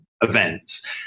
events